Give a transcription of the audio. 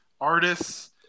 artists